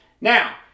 Now